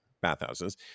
bathhouses